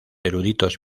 eruditos